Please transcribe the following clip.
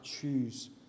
choose